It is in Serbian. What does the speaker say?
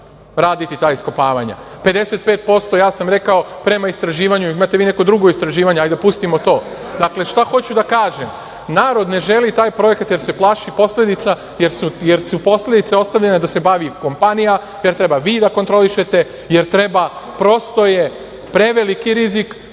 raditi ta iskopavanja, 55% ja sam rekao prema istraživanju, imate li vi neko drugo istraživanje, hajde da pustimo to. Dakle, šta hoću da kažem? Narod ne želi taj projekat jer se plaši posledica, jer su posledicama ostavljene da se bavi kompanija, ne treba vi da kontrolišete, jer treba, prosto je preveliki rizik,